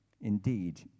Indeed